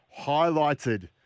highlighted